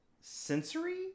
sensory